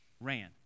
ran